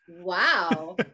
Wow